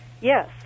Yes